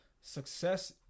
success